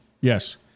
Yes